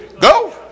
Go